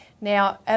Now